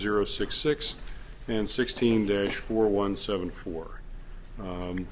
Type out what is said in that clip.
zero six six and sixteen days for one seven four